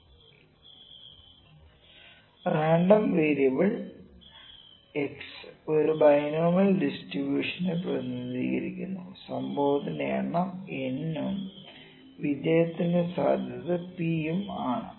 Probability to get exact k success P xk nCnpkn k Where p success 1 p no success random variable 'x' ഒരു binomial ഡിസ്ട്രിബൂഷനെ പ്രതിനിധീകരിക്കുന്നു സംഭവത്തിന്റെ എണ്ണം n ഉം വിജയത്തിന്റെ സാധ്യത p ഉം ആണ്